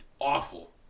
awful